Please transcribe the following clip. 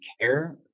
care